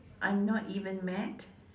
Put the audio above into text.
I'm not even mad